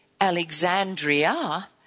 Alexandria